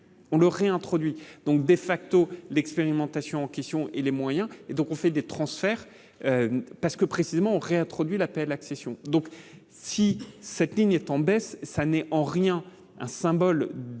on le réintroduit donc de facto l'expérimentation en question et les moyens et donc on fait des transferts parce que précisément on réintroduit l'APL accession donc si cette ligne est en baisse, ça n'est en rien un symbole d'une